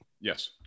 Yes